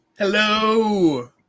Hello